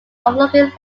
overlooking